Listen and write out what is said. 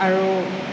আৰু